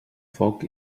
foc